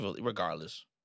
Regardless